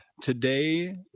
today